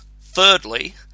thirdly